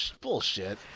bullshit